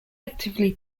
actively